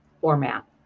format